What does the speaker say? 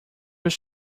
will